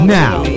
now